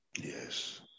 Yes